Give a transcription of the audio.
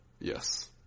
Yes